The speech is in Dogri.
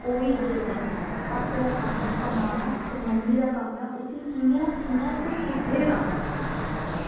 ओह् ही दिक्खदे न भापै दा कम्म ऐ कमाना ते मम्मी दा कम्म ऐ उसगी कियां कियां ते कुत्थें लाना